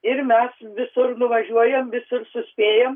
ir mes visur nuvažiuojam visi suspėjam